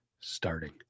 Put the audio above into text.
starting